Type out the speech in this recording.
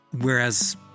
Whereas